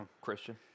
Christian